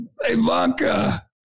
Ivanka